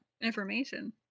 information